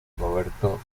roberto